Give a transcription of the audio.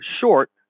short